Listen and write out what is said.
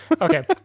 okay